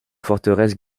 forteresse